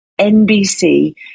NBC